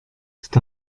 c’est